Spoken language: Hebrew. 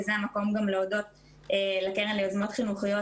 זה המקום גם להודות לקרן ליוזמות חינוכיות